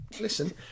Listen